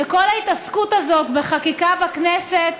וכל ההתעסקות הזאת בחקיקה בכנסת